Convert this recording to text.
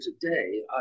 today